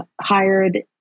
hired